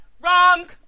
wrong